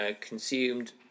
consumed